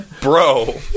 bro